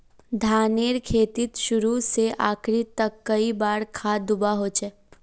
धानेर खेतीत शुरू से आखरी तक कई बार खाद दुबा होचए?